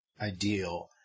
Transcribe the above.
ideal